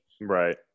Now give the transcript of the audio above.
Right